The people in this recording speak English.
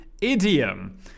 idiom